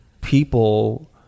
people